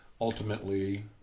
ultimately